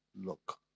look